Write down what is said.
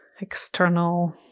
external